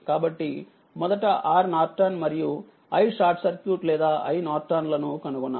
కాబట్టి మొదట RNమరియు iSC లేదా INలను కనుగొనాలి